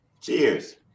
Cheers